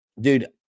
dude